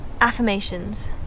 affirmations